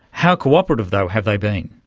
how corporative, though, have they been?